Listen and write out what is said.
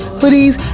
hoodies